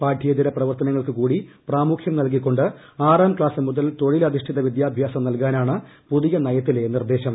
പാഠ്യേതര പ്രവർത്തനങ്ങൾക്കൂ കൂടി പ്രാമുഖ്യം നൽകിക്കൊണ്ട് ആറാം ക്ലാസ് മുതൽ തൊഴിലധിഷ്ഠിത വിദ്യാഭ്യാസം നൽകാനാണ് പുതിയ നയത്തിലെ നിർദ്ദേശം